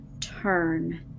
turn